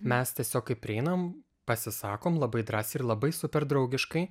mes tiesiog kai prieinam pasisakom labai drąsiai ir labai super draugiškai